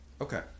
okay